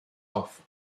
off